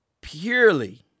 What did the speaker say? purely